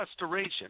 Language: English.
restoration